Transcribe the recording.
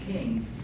Kings